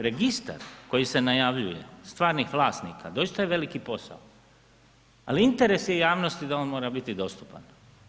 Registar koji se najavljuje stvarnih vlasnika, doista je veliki posao, al' interes je javnosti da on mora biti dostupan.